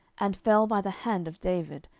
and fell by the hand of david,